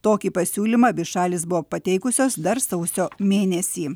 tokį pasiūlymą abi šalys buvo pateikusios dar sausio mėnesį